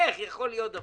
הכול אצלכם,